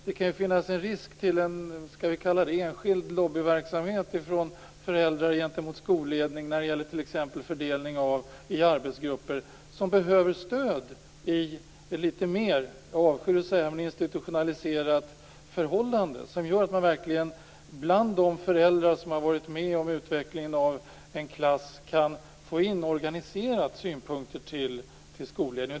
Det kan finnas en risk för en enskild lobbyverksamhet från föräldrar gentemot skolledning när det gäller t.ex. fördelning i arbetsgrupper som behöver stöd i litet mer - jag avskyr att säga det - institutionaliserade förhållanden, som gör att man bland de föräldrar som har varit med om utvecklingen av en klass verkligen organiserat kan få in synpunkter till skolledningen.